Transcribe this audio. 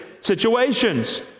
situations